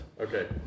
Okay